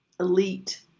Elite